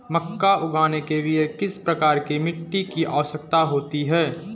मक्का उगाने के लिए किस प्रकार की मिट्टी की आवश्यकता होती है?